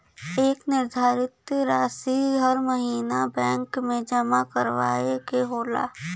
एक निर्धारित रासी हर महीना बैंक मे जमा करावे के होला